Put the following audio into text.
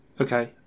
Okay